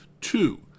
Two